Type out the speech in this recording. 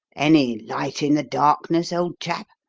any light in the darkness, old chap?